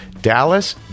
Dallas